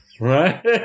Right